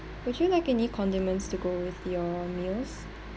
would you like any condiments to go with your meals